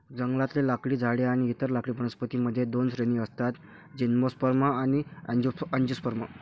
जंगलातले लाकडी झाडे आणि इतर लाकडी वनस्पतीं मध्ये दोन श्रेणी असतातः जिम्नोस्पर्म आणि अँजिओस्पर्म